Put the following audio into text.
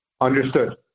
Understood